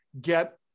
get